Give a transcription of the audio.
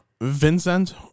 vincent